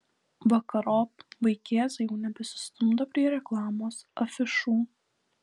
vakarop vaikėzai jau nebesistumdo prie reklamos afišų